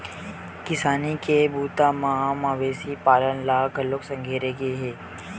किसानी के बूता म मवेशी पालन ल घलोक संघेरे गे हे